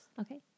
Okay